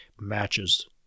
matches